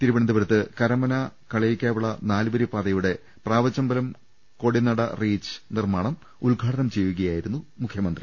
തിരുവനന്തപുരത്ത് കരമന കളയിക്കാവിള നാലുവരി പാതയുടെ പ്രാവച്ചമ്പലം കൊടിനട റീച്ച് നിർമ്മാണം ഉദ്ഘാടനം ചെയ്യുകയാ യിരുന്നു മുഖ്യമന്ത്രി